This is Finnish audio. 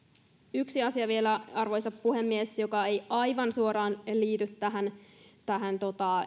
yksi asia arvoisa puhemies joka ei aivan suoraan liity tähän tähän